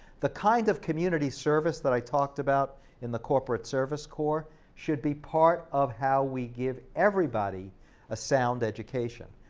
the kind of community service that i talked about in the corporate service corp should be part of how we give everybody a sound education.